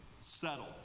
Settle